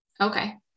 Okay